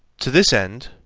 to this end,